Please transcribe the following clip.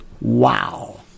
wow